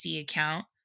account